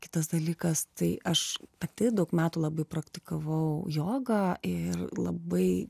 kitas dalykas tai aš pati daug metų labai praktikavau jogą ir labai